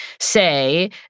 say